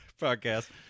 podcast